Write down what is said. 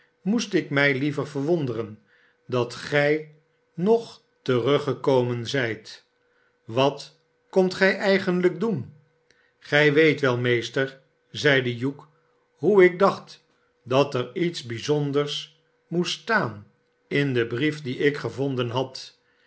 moest ik mij liever verwonderen dat gij nog teruggekomen zijt wat komt gij eigenlijk doen gij weet wel meester zeide hugh hoe ik dacht dat er iets bijzonders moest staan in den brief dien ik geyonden had